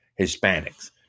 Hispanics